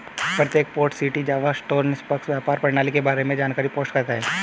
प्रत्येक Port City Java store निष्पक्ष व्यापार प्रणाली के बारे में जानकारी पोस्ट करता है